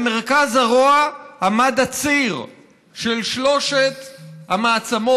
במרכז הרוע עמד הציר של שלוש המעצמות,